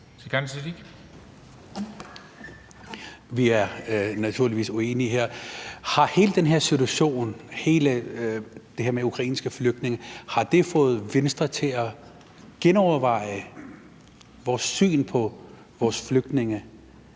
Siddique (FG): Vi er naturligvis uenige her. Har hele den her situation med ukrainske flygtninge fået Venstre til at genoverveje sit syn på flygtninge,